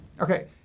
Okay